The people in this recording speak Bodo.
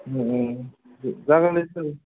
जागोन दे सार